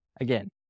again